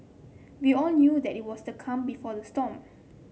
we all knew that it was the calm before the storm